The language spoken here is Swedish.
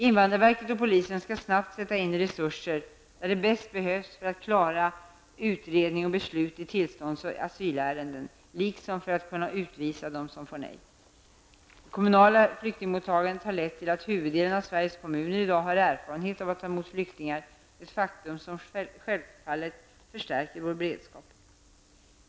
Invandrarverket och polisen kan snabbt sätta in resurser där de bäst behövs för att klara av utredning och beslut i tillstånds och asylärenden liksom för att kunna utvisa dem som får nej. Det kommunala flyktingmottagandet har lett till att huvuddelen av Sveriges kommuner i dag har erfarenhet av att ta emot flyktingar, ett faktum som självfallet förstärker vår beredskap.